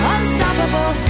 Unstoppable